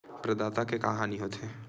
प्रदाता के का हानि हो थे?